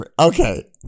Okay